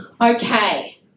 Okay